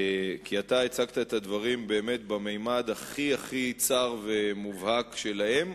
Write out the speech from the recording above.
כי אתה הצגת את הדברים באמת בממד הכי הכי צר ומובהק שלהם,